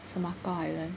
Semakau Island